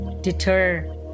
deter